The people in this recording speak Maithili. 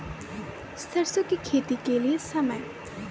सरसों की खेती के लिए समय?